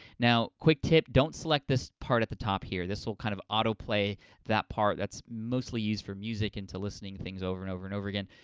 now, quick tip, don't select this part at the top, here. this will kind of auto-play that part. that's mostly used for music and to listening things over and over and over again.